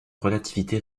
relativité